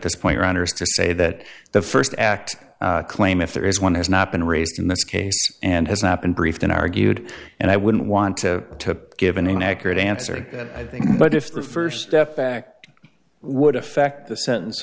this point around her is to say that the first act claim if there is one has not been raised in this case and has not been briefed on argued and i wouldn't want to give an inaccurate answer that i think but if the first step back would affect the sentence